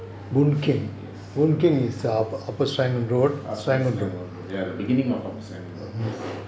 yes upper serangoon road ya the beginning of upper serangoon road